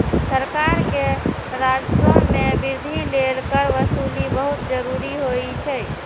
सरकार के राजस्व मे वृद्धि लेल कर वसूली बहुत जरूरी होइ छै